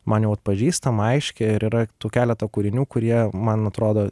man jau atpažįstama aiški ir yra tų keleta kūrinių kurie man atrodo